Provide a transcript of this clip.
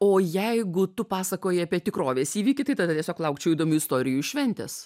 o jeigu tu pasakoji apie tikrovės įvykį tai tada tiesiog laukčiau įdomių istorijų šventės